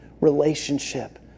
relationship